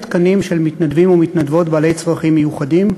תקנים של מתנדבים ומתנדבות בעלי צרכים מיוחדים,